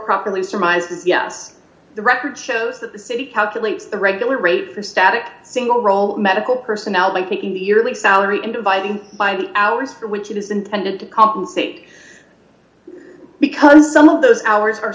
properly surmised is yes the record shows that the city calculates the regular rate for a static single role medical personnel like making a yearly salary and dividing by the hours for which it is intended to compensate because some of those hours are